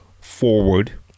forward